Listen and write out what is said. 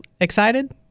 Excited